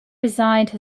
resigned